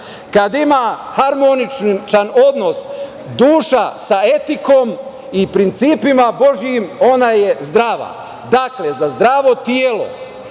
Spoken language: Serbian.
Kada ima harmoničan odnos duša sa etikom i principima Božijim, ona je zdrava. Dakle, za zdravo telo